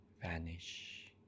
vanish